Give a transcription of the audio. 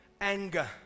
Anger